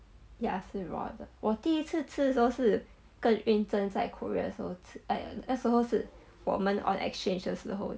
ya 是 raw 的我第一次吃时候是跟 yun zen 在 korea 时候吃 uh 那时候是我们 on exchange 的时候